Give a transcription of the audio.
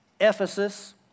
Ephesus